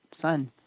son